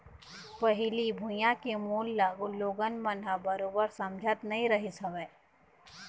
पहिली भुइयां के मोल ल लोगन मन ह बरोबर समझत नइ रहिस हवय